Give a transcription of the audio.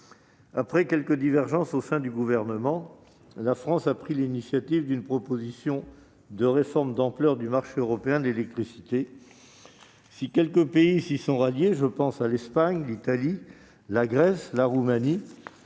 quelques divergences apparues au sein du Gouvernement, la France a pris l'initiative d'une proposition de réforme d'ampleur du marché européen de l'électricité. Si quelques pays s'y sont ralliés- je pense à l'Espagne, à l'Italie, à la Grèce et à la Roumanie